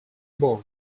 board